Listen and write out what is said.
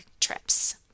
trips